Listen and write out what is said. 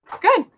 Good